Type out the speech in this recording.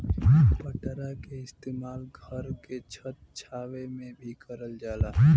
पटरा के इस्तेमाल घर के छत छावे में भी करल जाला